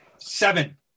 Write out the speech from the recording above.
Seven